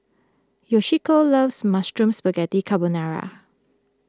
Yoshiko loves Mushroom Spaghetti Carbonara